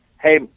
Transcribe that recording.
Hey